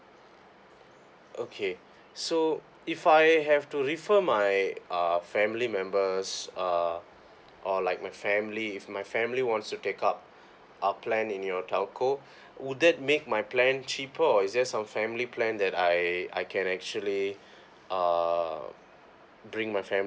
okay so if I have to refer my uh family member uh or like my family if my family wants to take up a plan in your telco would that make my plan cheaper or is there just some family plan that I I can actually uh bring my fami~